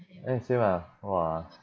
eh same ah !wah!